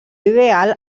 ideal